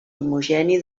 homogeni